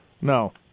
no